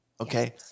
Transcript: okay